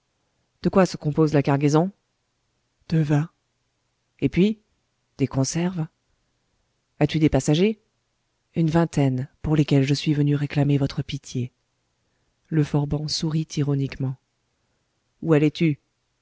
de quoi se compose la cargaison de vins et puis des conserves as-tu des passagers une vingtaine pour lesquels je suis venu réclamer votre pitié le forban sourit ironiquement où allais tu